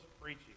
preaching